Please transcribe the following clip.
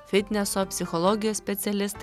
fitneso psichologijos specialistai